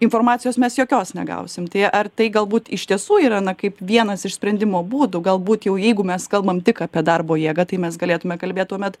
informacijos mes jokios negausim tai ar tai galbūt iš tiesų yra na kaip vienas iš sprendimo būdų galbūt jau jeigu mes kalbam tik apie darbo jėgą tai mes galėtume kalbėt tuomet